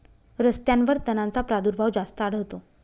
रस्त्यांवर तणांचा प्रादुर्भाव जास्त आढळतो